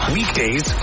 weekdays